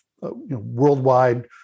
worldwide